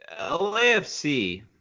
LAFC